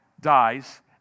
dies